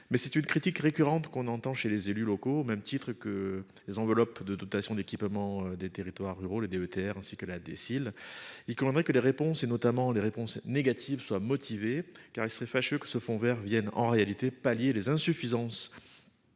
Mais c'est une critique récurrente qu'on entend chez les élus locaux, au même titre que les enveloppes de dotation d'équipement des territoires ruraux la DETR, ainsi que la déciles il commanderait que les réponses et notamment les réponses négatives soit. Car il serait fâcheux que ce fonds Vert viennent en réalité pallier les insuffisances.